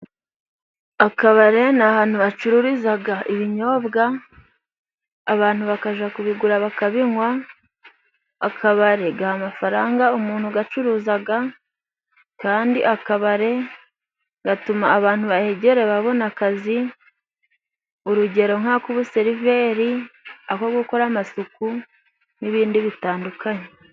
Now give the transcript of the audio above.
Akabare ni ahantu hacururizaga ibinyobwa, abantu bakaja kubigura bakabinywa, akabare gaha amafaranga umuntu yacuruzaga, kandi akabare gatuma abantu bahegera babona akazi, urugero nk'ak'ubuseriveri, ako gukora amasuku n'ibindi bitandukanye.